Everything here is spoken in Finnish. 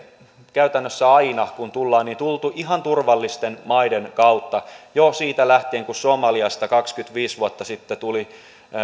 käytännössä aina kun suomeen tullaan on tultu ihan turvallisten maiden kautta jo siitä lähtien kun somaliasta kaksikymmentäviisi vuotta sitten